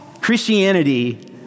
Christianity